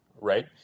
Right